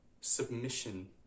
submission